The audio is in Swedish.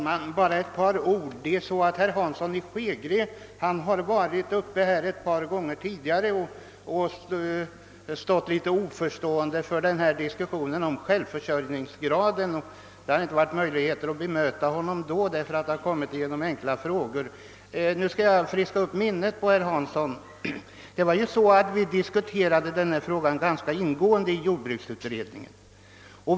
Herr talman! Herr Hansson i Skegrie har ett par gånger tidigare ställt sig oförstående i diskussionen om självförsörjningsgraden. Det har då inte varit möjligt att bemöta honom eftersom det gällt enkla frågor. Nu skall jag friska upp herr Hanssons minne. Denna fråga diskuterades ganska ingående i jordbruksutredningen.